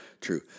true